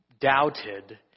doubted